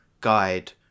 guide